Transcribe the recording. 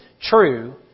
true